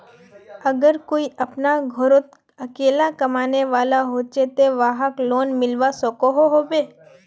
अगर कोई अपना घोरोत अकेला कमाने वाला होचे ते वाहक लोन मिलवा सकोहो होबे?